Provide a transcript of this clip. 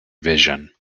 vision